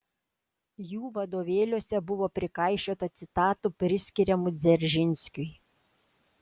jų vadovėliuose buvo prikaišiota citatų priskiriamų dzeržinskiui